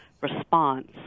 response